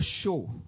show